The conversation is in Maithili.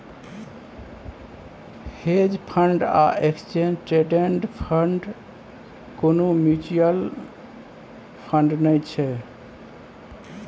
हेज फंड आ एक्सचेंज ट्रेडेड फंड कुनु म्यूच्यूअल फंड नै छै